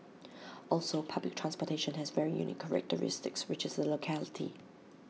also public transportation has very unique characteristics which is the locality